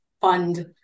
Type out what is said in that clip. fund